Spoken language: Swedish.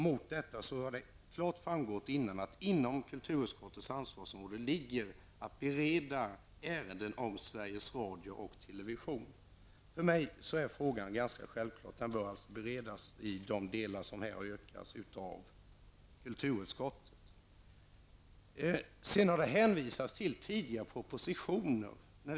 Det har klart framgått att till kulturutskottets ansvarsområde hör beredning av ärenden om Sveriges Radio och television. För mig är frågan ganska självklar: den bör alltså i de delar som det här gäller beredas av kulturutskottet. Det har hänvisats till tidigare propositioner.